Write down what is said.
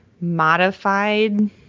modified